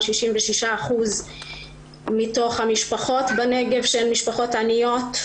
66% מתוך המשפחות בנגב שהן משפחות עניות,